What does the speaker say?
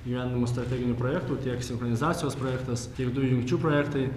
įgyvendinima strateginių projektų tiek sinchronizacijos projektas tiek dujų jungčių projektai